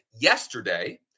yesterday